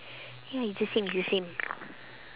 ya it's the same the same